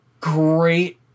great